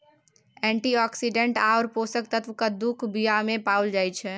antioxidant आओर पोषक तत्व कद्दूक बीयामे पाओल जाइत छै